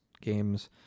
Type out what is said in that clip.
games